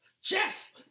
Jeff